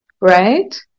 right